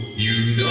you